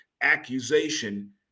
accusation